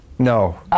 No